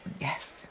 Yes